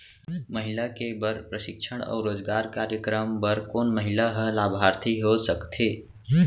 महिला के बर प्रशिक्षण अऊ रोजगार कार्यक्रम बर कोन महिला ह लाभार्थी हो सकथे?